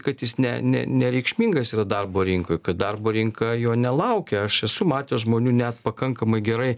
kad jis ne ne nereikšmingas yra darbo rinkoj kad darbo rinka jo nelaukia aš esu matęs žmonių net pakankamai gerai